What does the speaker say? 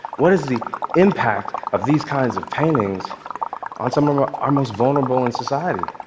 what is the impact of these kinds of paintings on some of ah our most vulnerable in society,